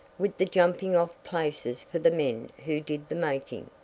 with the jumping-off places for the men who did the making.